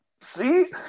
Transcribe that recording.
See